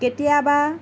কেতিয়াবা